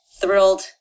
thrilled